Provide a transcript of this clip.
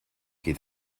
qui